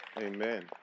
Amen